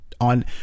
on